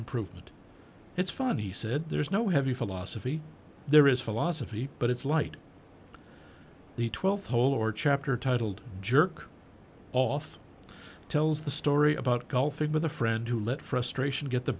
improvement it's funny he said there's no heavy philosophy there is philosophy but it's light the th hole or chapter titled jerk off tells the story about golfing with a friend who let frustration get the